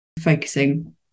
focusing